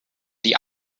die